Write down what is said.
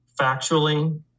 factually